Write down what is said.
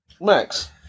Max